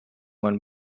one